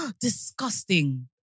Disgusting